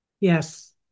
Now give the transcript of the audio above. Yes